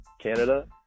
Canada